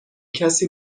کسی